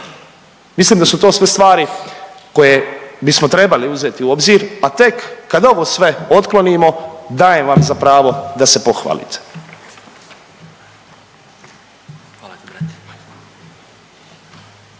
Mislim da su to sve stvari koje bismo trebali uzeti u obzir, a tek kad ovo sve otklonimo, dajem vam za pravo da se pohvalite.